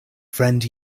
friend